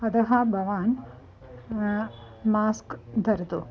अतः भवान् मास्क् धरतु